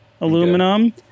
aluminum